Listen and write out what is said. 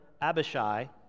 Abishai